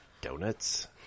donuts